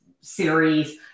series